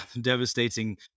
devastating